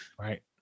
Right